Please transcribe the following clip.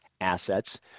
assets